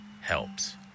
helps